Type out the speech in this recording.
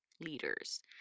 leaders